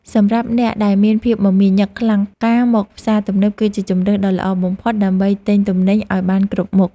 សម្រាប់អ្នកដែលមានភាពមមាញឹកខ្លាំងការមកផ្សារទំនើបគឺជាជម្រើសដ៏ល្អបំផុតដើម្បីទិញអីវ៉ាន់ឱ្យបានគ្រប់មុខ។